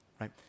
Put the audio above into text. Right